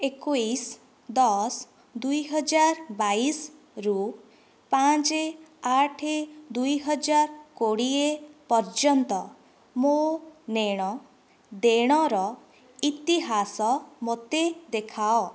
ଏକୋଇଶ ଦଶ ଦୁଇହଜାର ବାଇଶରୁ ପାଞ୍ଚ ଆଠ ଦୁଇହଜାର କୋଡିଏ ପର୍ଯ୍ୟନ୍ତ ମୋ' ନେଣ ଦେଣର ଇତିହାସ ମୋତେ ଦେଖାଅ